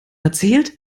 erzählt